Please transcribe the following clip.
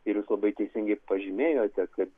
ir jūs labai teisingai pažymėjote kad